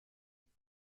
بکنم